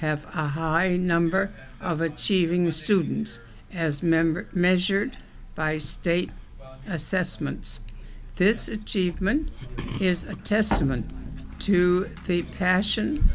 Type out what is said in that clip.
have a high number of achieving the students as members measured by state assessments this cheap mn is a testament to the passion